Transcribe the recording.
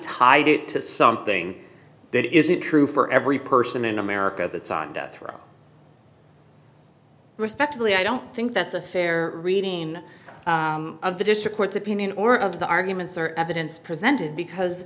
tied it to something that isn't true for every person in america that's on death row respectfully i don't think that's a fair reading of the district court's opinion or of the arguments or evidence presented because